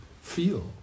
feel